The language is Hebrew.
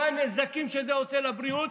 מה הנזקים שזה עושה לבריאות,